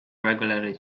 regularly